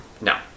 no